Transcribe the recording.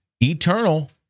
eternal